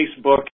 Facebook